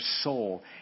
soul